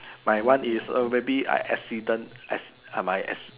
my one is oh maybe I accident S uh my S